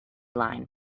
line